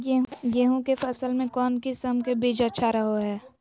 गेहूँ के फसल में कौन किसम के बीज अच्छा रहो हय?